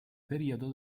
periodo